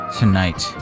tonight